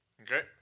Okay